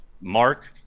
Mark